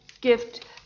gift